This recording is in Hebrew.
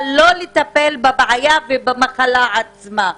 אבל לא לטפל בבעיה ובמחלה עצמה.